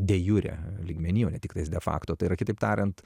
dejure lygmenyje o ne tiktai fakto tai yra kitaip tariant